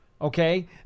Okay